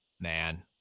man